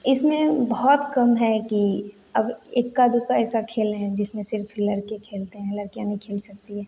इसमें बहुत कम है कि अब एक्का दुक्का ऐसा खेल हैं जिसमें सिर्फ लड़के खेलते हैं लड़कियाँ नहीं खेल सकती है